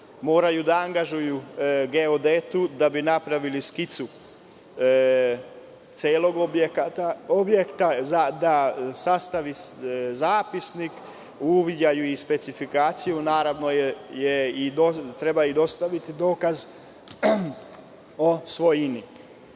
da angažuju geodetu da bi napravo skicu celog objekta, da bi sastavio zapisnik, uviđaj i specifikaciju. Naravno treba i dostaviti dokaz o svojini. Kao